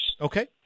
Okay